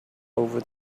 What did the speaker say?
over